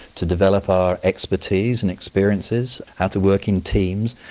to develop our expertise and experiences, how to work in teams.